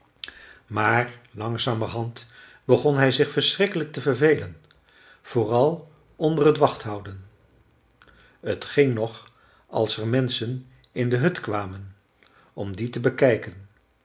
maar langzamerhand begon hij zich verschrikkelijk te vervelen vooral onder t wacht houden t ging nog als er menschen in de hut kwamen om die te bekijken